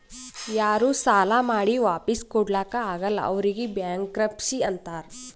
ಯಾರೂ ಸಾಲಾ ಮಾಡಿ ವಾಪಿಸ್ ಕೊಡ್ಲಾಕ್ ಆಗಲ್ಲ ಅವ್ರಿಗ್ ಬ್ಯಾಂಕ್ರಪ್ಸಿ ಅಂತಾರ್